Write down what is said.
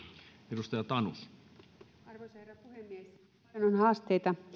arvoisa herra puhemies paljon on haasteita